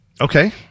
Okay